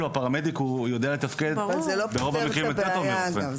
הפרמדיק יודע לתפקד הרבה יותר טוב מרופא.